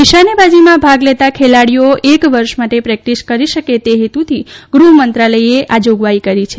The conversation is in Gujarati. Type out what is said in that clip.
નિશાનેબાજીમાં ભાગ લેતા ખેલાડીઓ એક વર્ષ માટે પ્રેક્ટિસ કરી શકે તે હેતુથી ગૃહમંત્રાલયે આ જોગવિ કરી છે